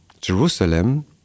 Jerusalem